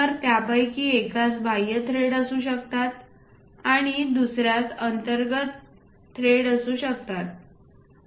तर त्यापैकी एकास बाह्य थ्रेड्स असू शकतात आणि दुसर्यास अंतर्गत जयंती असू शकतात